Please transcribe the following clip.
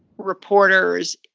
reporters,